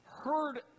heard